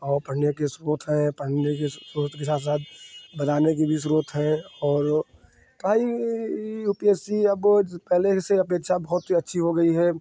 और पढ़ने के स्रोत हैं पढ़ने के सब स्रोत के साथ साथ बताने की भी स्रोत हैं और वह यू पी एस सी या बोर्ड्स पहले से अपेक्षा बहुत ही अच्छे हो गए हैं